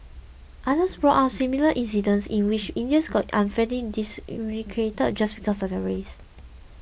others brought up similar incidents in which Indians got unfairly discriminated just because of their race